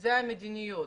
זאת המדיניות.